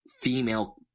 female